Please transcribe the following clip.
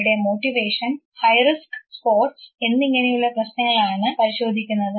ഇവിടെ motivation high risk sports എന്നിങ്ങനെയുള്ള പ്രശ്നങ്ങളാണ് പരിശോധിക്കുന്നത്